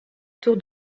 tour